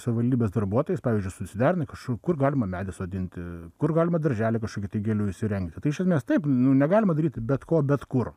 savivaldybės darbuotojus pavyzdžiui susiderina kažkur kur galima medį sodinti kur galima darželį kažkokį gėlių įsirengti tai iš esmės taip nu negalima daryti bet ko bet kur